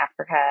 Africa